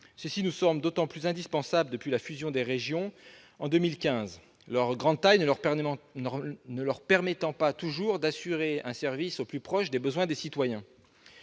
Cela nous semble d'autant plus indispensable depuis la fusion des régions en 2015, leur grande taille ne leur permettant pas toujours d'assurer un service au plus proche des besoins des citoyens.